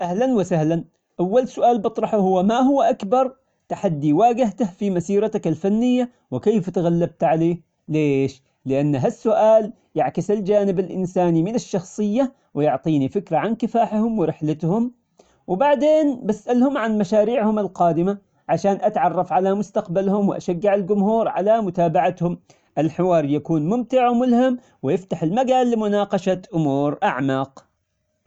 أهلا وسهلا أول سؤال بطرحه هو ما هو أكبر تحدي واجهته في مسيرتك الفنية ؟ وكيف تغلبت عليه؟ ليش؟ لأن هالسؤال يعكس الجانب الإنساني من الشخصية ويعطيني فكرة عن كفاحهم ورحلتهم وبعدين بسألهم عن مشاريعهم القادمة عشان أتعرف على مستقبلهم وأشجع الجمهور على متابعتهم، الحوار يكون ممتع وملهم ويفتح المجال لمناقشة أمور أعمق.